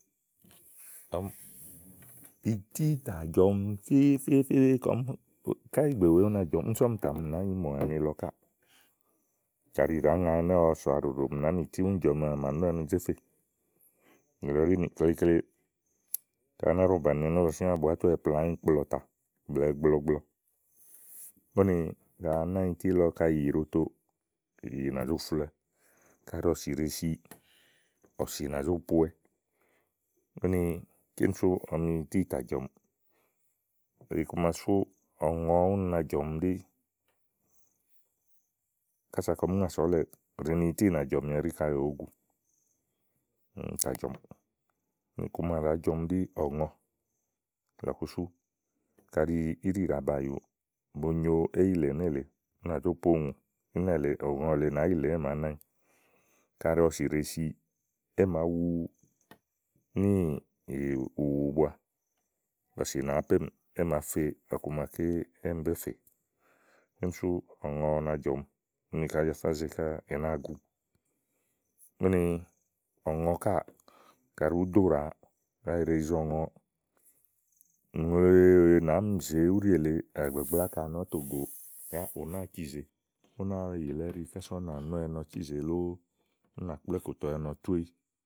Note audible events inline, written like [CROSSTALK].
ɔmi ití tà jɔmi fífífífí kɔɔ̀m hà, káyí ìgbè wèe ú na jɔ̀mi úni sú ɔmì tà mi nàányi mò àni lɔ káà. káɖi ìɖàá ŋa ɔwɔ sòwa ɖòɖòmì nàánìtí tè à mà nɔwɛ ni zè fè nìlɔ ɖí ni kayi ikle kaɖi á ná ɖɔ̀ bàni ɛnɛ́lɔsíã tè bù á tuwɛ̀ plaà ányi kplɔ̀ɔ tè ùta, blɛ̀ɛ gblɔ gblɔ úni kayi àá nányi ití lɔ kaɖi ìyì ɖòoto ìyì nàzó flowɛ, kaɖi ɔ̀sì ɖèe sì, ɔ̀sì nà zó powɛ úni kíni sú ɔmi ití jɔ̀ɔmiì iku ma sú ɔ̀ŋɔ úni na jɔ̀ɔmi ɖí kása kɔɔ̀m ŋa sòo ɔ̀lɛ̀ɛ ù ɖi ni ití nàa jɔ̀mi ɛɖí kaɖi ì wòó gu. [HESITATION] ù tà jɔ̀miì iku ma ɖàá jɔɔmi ɖí ɔ̀ŋɔ lɔ̀ku sú kaɖi íɖì ɖàa baà yu bo nyo éyilè ú nà zó po ùŋù ɔ̀ŋɔ lèe nàá yìlè émàá nányi. kaɖi ɔ̀sì ɖèe si é màá wu níì ùwù bua ɔ̀sì nàá póémìi é màá fe ɔku maké émi bé fè úni sú ɔ̀ŋɔ na jɔ̀ɔmi. úni kaɖi Ájafáàá ze káà ì nàá agu úni ɔ̀ŋɔ káà kàɖi ùú ɖo ɖàa wa kaɖi è ɖèe yize ɔ̀ŋɔ ùŋle wèe nàáá mi zèe úɖì èle gbàgbla áka nɔ tò goò yá ù nàáa ci zèe, ú náa yìlɛ̀ íɖì kása ú nà nɔ̀wɛ ni ɔwɛ cízèe lóó, ú nà kplɔ́ɔ ìkòtoɔwɛ ni ɔwɛ tuéyi.